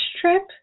trip